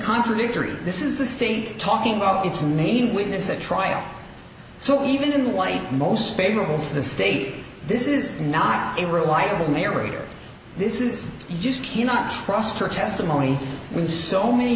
contradictory this is the state talking about its main witness at trial so even in the light most favorable to the state this is not a reliable narrator this is you just cannot trust her testimony when so many